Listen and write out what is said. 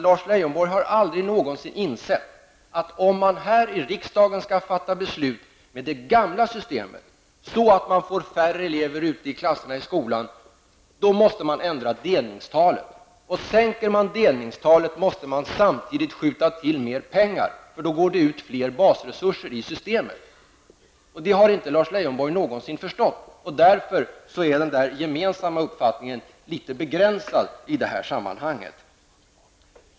Lars Leijonborg har nämligen aldrig någonsin insett att om man här i riksdagen skall fatta beslut med det gamla systemet så att man får färre elever i klasserna i skolan, måste man ändra delningstalet. Om man sänker delningstalet måste man samtidigt skjuta till mer pengar, eftersom det då utgår fler basresurser i systemet. Det har Lars Leijonborg aldrig förstått. Därför är den där gemensamma uppfattningen litet begränsad i detta sammanhang.